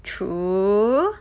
true